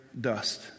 dust